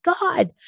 God